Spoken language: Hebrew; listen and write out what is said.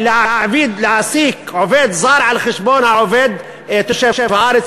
להעסיק עובד זר על חשבון העובד תושב הארץ,